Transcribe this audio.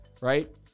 right